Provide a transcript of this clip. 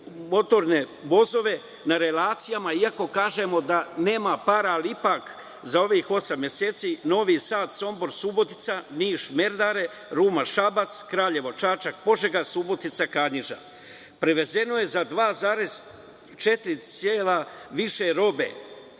motorne vozove na relacijama, iako kažemo da nema para, ali ipak za ovih osam meseci Novi Sad-Sombor-Subotica, Niš-Merdare, Ruma-Šabac, Kraljevo-Čačak-Požega, Subotica-Kanjiža. Prevezeno je za 2,4 cela više robe.